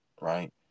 right